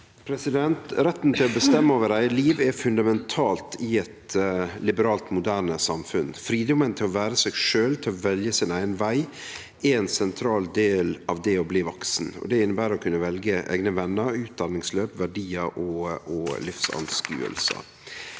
Retten til å be- stemme over eige liv er fundamentalt i eit liberalt, moderne samfunn. Fridomen til å vere seg sjølv og til å velje sin eigen veg er ein sentral del av det å bli vaksen. Det inneber å kunne velje eigne vener, utdanningsløp, verdiar og livssyn.